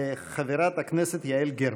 חברת הכנסת יעל גרמן.